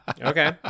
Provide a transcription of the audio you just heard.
Okay